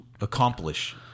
accomplish